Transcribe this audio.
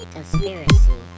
Conspiracy